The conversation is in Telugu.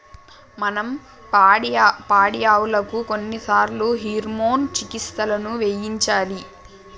మనం పాడియావులకు కొన్నిసార్లు హార్మోన్ చికిత్సలను చేయించాలిరా